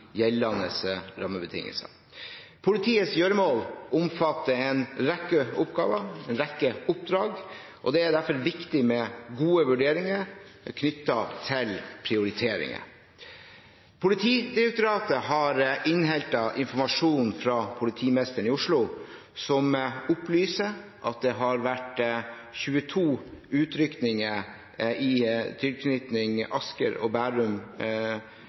gjeldende rammebetingelser. Politiets gjøremål omfatter en rekke oppgaver, en rekke oppdrag, og det er derfor viktig med gode vurderinger knyttet til prioriteringer. Politidirektoratet har innhentet informasjon fra politimesteren i Oslo, som opplyser at det har vært 22 utrykninger i tilknytning til Asker og Bærum